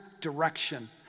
direction